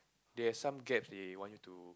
they are some gaps they want you to